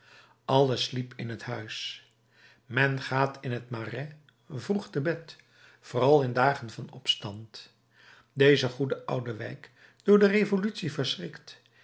alles sliep in het huis men gaat in het marais vroeg te bed vooral in dagen van opstand deze goede oude wijk door de revolutie verschrikt